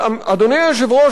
אדוני היושב-ראש,